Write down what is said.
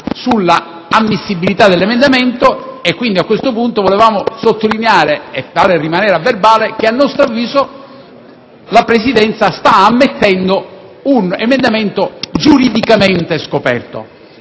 la responsabilità dell'ammissibilità. A questo punto volevamo sottolineare e far rimanere a verbale che a nostro avviso la Presidenza sta ammettendo un decreto giuridicamente scoperto.